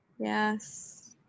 Yes